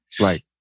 Right